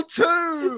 two